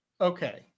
Okay